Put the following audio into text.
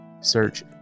Search